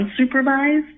unsupervised